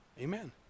Amen